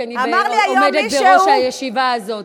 כי אני עומדת בראש הישיבה הזאת.